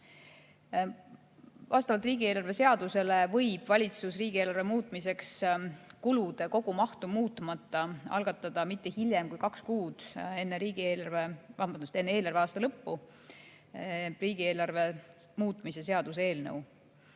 riigieelarve seadusele võib valitsus riigieelarve muutmiseks kulude kogumahtu muutmata algatada mitte hiljem kui kaks kuud enne eelarveaasta lõppu riigieelarve muutmise seaduse eelnõu.